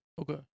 Okay